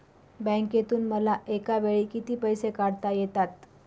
बँकेतून मला एकावेळी किती पैसे काढता येतात?